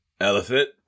Elephant